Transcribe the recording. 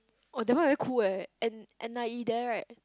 oh that one very cool eh N N_I_E there right